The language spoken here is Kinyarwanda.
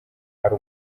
ari